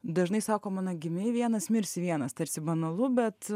dažnai sakoma na gimei vienas mirsi vienas tarsi banalu bet